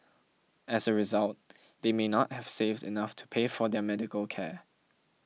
as a result they may not have saved enough to pay for their medical care